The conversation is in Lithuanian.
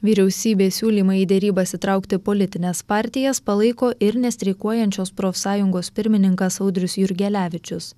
vyriausybės siūlymą į derybas įtraukti politines partijas palaiko ir nestreikuojančios profsąjungos pirmininkas audrius jurgelevičius